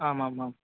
आम् आम् आम्